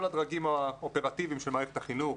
הדרגים האופרטיביים של מערכת החינוך,